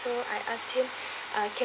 so I asked him uh can